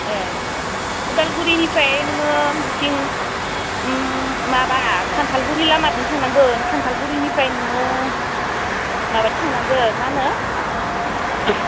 ए उदालगुरिनिफ्राय नोङो बिथिं माबा खान्थालगुरि लामाथिं थांनांगोन खान्थालगुरिनिफ्राय नोङो माबादो थांनांगो मा होनो